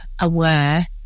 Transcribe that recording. aware